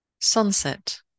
Sunset